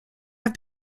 have